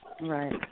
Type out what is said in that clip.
Right